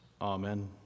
Amen